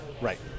Right